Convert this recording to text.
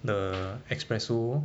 the espresso